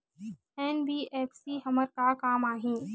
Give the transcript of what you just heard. NBFC हमर का काम आही?